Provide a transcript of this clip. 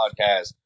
Podcast